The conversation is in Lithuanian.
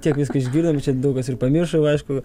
tiek visko išgirdom čia daug kas ir pamiršo aišku